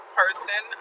person